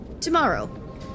tomorrow